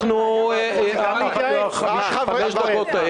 אנחנו חוזרים לדיון.